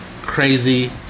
crazy